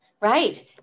Right